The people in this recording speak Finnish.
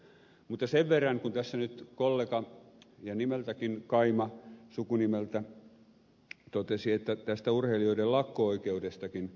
mutta sen verran kun tässä nyt kollega ja sukunimeltäkin kaima totesi tästä urheilijoiden lakko oikeudestakin jopa